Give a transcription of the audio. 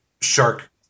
shark